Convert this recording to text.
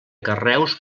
carreus